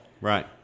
right